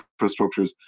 infrastructures